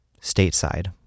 stateside